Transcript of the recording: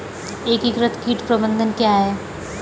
एकीकृत कीट प्रबंधन क्या है?